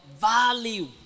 value